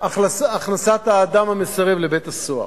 וכלה בהכנסת האדם המסרב לבית-הסוהר.